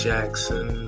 Jackson